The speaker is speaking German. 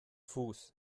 fuß